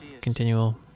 continual